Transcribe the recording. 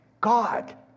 God